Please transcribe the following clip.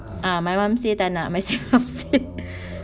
ah my mum say tak nak myself say